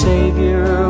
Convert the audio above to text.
Savior